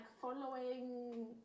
following